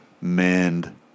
mend